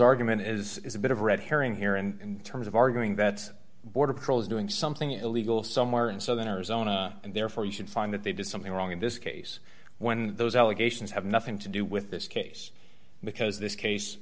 argument is a bit of red herring here in terms of arguing that border patrol is doing something illegal somewhere in southern arizona and therefore you should find that they did something wrong in this case when those allegations have nothing to do with this case because this case